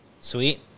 Sweet